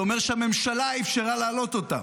זה אומר שהממשלה אפשרה להעלות אותם,